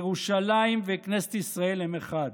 ירושלים וכנסת ישראל הן אחד.